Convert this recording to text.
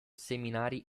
seminari